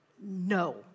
No